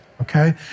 Okay